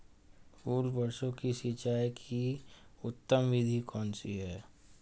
फल वृक्षों की सिंचाई की उत्तम विधि कौन सी है?